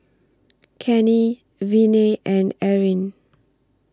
Cannie Viney and Eryn